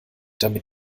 damit